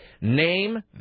name